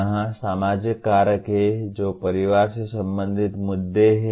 यहां सामाजिक कारक हैं जो परिवार से संबंधित मुद्दे हैं